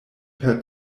per